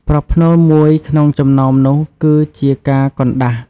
ប្រផ្នូលមួយក្នុងចំណោមនោះគឺជាការកណ្ដាស់។